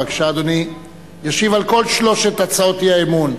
ישיב על כל שלוש הצעות האי-אמון,